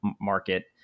market